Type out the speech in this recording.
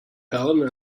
helen